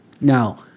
now